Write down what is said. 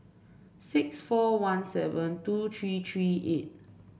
six four one seven two three three eight